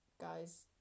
guys